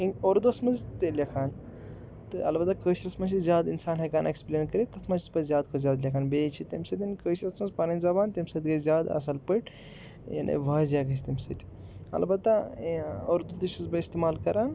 in اُردوٗوَس منٛز تہِ لیکھان تہٕ البتہ کٲشرَس منٛز چھِ زیادٕ اِنسان ہٮ۪کان اٮ۪کسپٕلین کٔرِتھ تَتھ منٛز چھُس بہٕ زیادٕ کھۄتہٕ زیادٕ لیکھان بیٚیہِ چھِ تَمہِ سۭتۍ کٲشرِس منٛز پَنٕنۍ زبان تَمہِ سۭتۍ گٔے زیادٕ اَصٕل پٲٹھۍ یعنی وازضع گژھِ تَمہِ سۭتۍ البتہ اُردوٗ تہِ چھُس بہٕ استعمال کَران